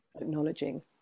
acknowledging